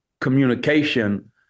Communication